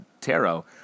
tarot